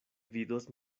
vidos